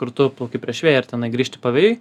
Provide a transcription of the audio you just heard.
kur tu plauki prieš vėją ar tenai grįžti pavėjui